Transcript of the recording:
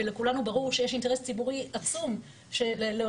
ולכולנו ברור שיש אינטרס ציבורי עצום שלעודד